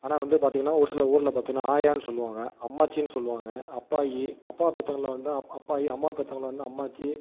ஆனால் வந்து பார்த்தீங்கன்னா ஒரு சில ஊர்ல பார்த்தீங்கன்னா ஆயான்னு சொல்லுவாங்கள் அம்மாச்சின்னு சொல்லுவாங்கள் அப்பாயி அப்பா பெத்தவங்களை வந்து அப்பாயி அம்மாவை பெத்தவங்களை வந்து அம்மாச்சி